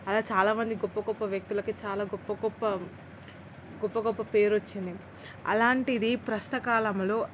అలా చాలామంది గొప్ప గొప్ప వ్యక్తులకి చాలా గొప్ప గొప్ప గొప్ప గొప్ప పేరు వచ్చింది అలాంటిది ప్రస్తుత కాలంలో